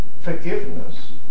forgiveness